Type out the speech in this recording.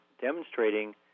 demonstrating